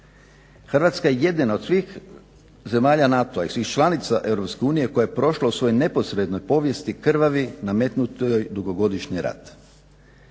Hrvatska jedina od svih zemalja NATO-a, i svih članica Europske unije koja je prošla u svojoj neposrednoj povijesti krvavi, …/Ne razumije se./… dugogodišnji rat.